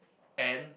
and